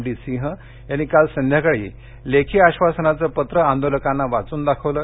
D Singh यांनी काल संध्याकाळी लेखी आश्वासनाचं पत्र आंदोलकांना वाचून दाखवलं